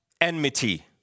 Enmity